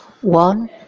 One